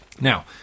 Now